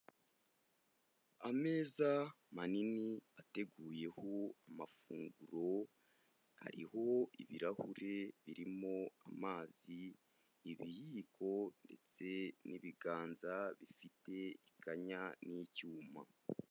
Ameza manini ateguyeho amafunguro hariho ibirahuri birimo amazi, ibiyiko ndetse n'ibiganza bifite ikanya n'icyuma.